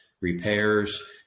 repairs